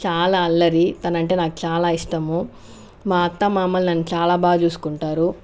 చాలా అల్లరి తనంటే నాకు చాలా ఇష్టము మా అత్త మామలు నన్ను చాలా బాగా చూసుకుంటారు